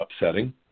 upsetting